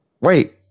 Wait